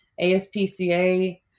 ASPCA